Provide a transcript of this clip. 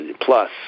plus